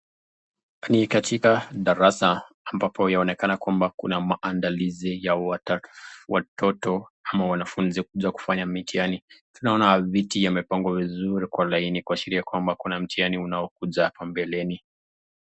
Ni katika darasa ambapo inaonekana kwamba kuna uandalizi ya watoto ama wanafunzi ambao wanakuja kufanya mtihani, tunaona viti yamepangwa vizuri kwenye laini, kuashiria kwamba kuna mtihani unaokuja hapo mbeleni.